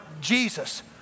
Jesus